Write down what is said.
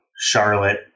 Charlotte